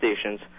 stations